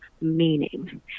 meaning